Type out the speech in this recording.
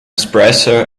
espresso